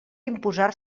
imposar